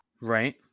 Right